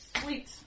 Sweet